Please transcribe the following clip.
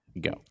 go